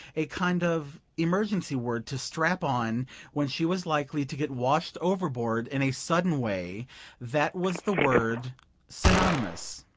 a kind of emergency word to strap on when she was likely to get washed overboard in a sudden way that was the word synonymous.